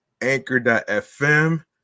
anchor.fm